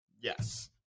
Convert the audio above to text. yes